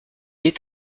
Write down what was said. est